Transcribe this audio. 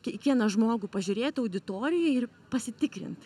kiekvieną žmogų pažiūrėt auditorijoj ir pasitikrint